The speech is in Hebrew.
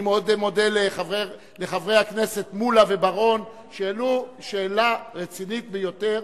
אני מאוד מודה לחברי הכנסת מולה ובר-און שהעלו שאלה רצינית ביותר,